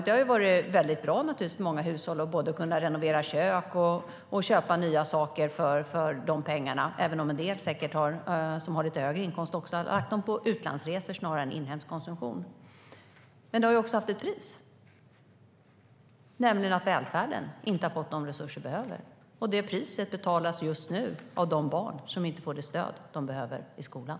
Det har varit väldigt bra för många hushåll att både kunna renovera kök och köpa nya saker för pengarna, även om en del som har lite högre inkomster säkert har lagt dem på utlandsresor snarare än på inhemsk konsumtion. Men det har också haft ett pris, nämligen att välfärden inte har fått de resurser den behöver. Det priset betalas just nu av de barn som inte får det stöd de behöver i skolan.